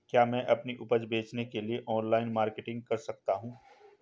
क्या मैं अपनी उपज बेचने के लिए ऑनलाइन मार्केटिंग कर सकता हूँ?